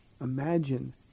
imagine